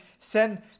send